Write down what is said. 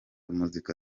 muzika